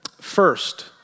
First